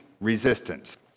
resistance